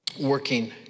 working